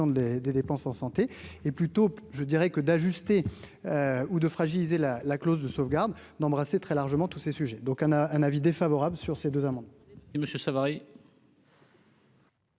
des dépenses en santé et plutôt, je dirais que d'ajuster ou de fragiliser la la clause de sauvegarde d'embrasser très largement tous ces sujets, donc un a un avis défavorable sur ces 2 amendements. Et Monsieur Savary.